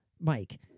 Mike